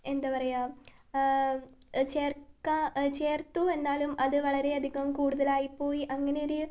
എന്താ പറയുക ചേർക്കാം ചേർത്തു എന്നാലും അതു വളരെ അധികം കൂടുതലായിപ്പോയി അങ്ങനെയൊരു